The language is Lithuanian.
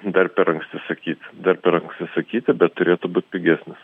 dar per anksti sakyt dar per anksti sakyti bet turėtų būt pigesnis